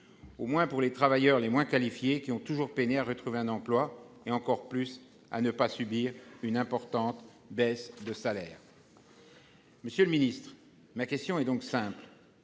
au moins pour les travailleurs les moins qualifiés, qui ont toujours peiné à retrouver un emploi et encore plus à ne pas subir une importante baisse de salaire. Monsieur le ministre, ma question est simple